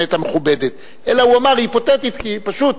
הבאמת-מכובדת, אלא הוא אמר: היא היפותטית כי פשוט,